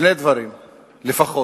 שני דברים לפחות.